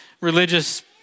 religious